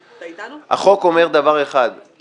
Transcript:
אתה אתנו, חבר הכנסת רוברט אילטוב?